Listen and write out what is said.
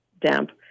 damp